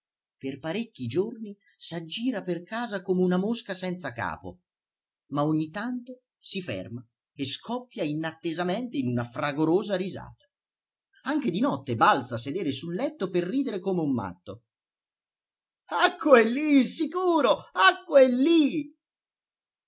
per parecchi giorni s'aggira per casa come una mosca senza capo ma ogni tanto si ferma e scoppia inattesamente in una fragorosa risata anche di notte balza a sedere sul letto per ridere come un matto acqua e lì sicuro acqua e lì